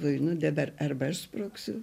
galvoju nu dabar arba aš sprogsiu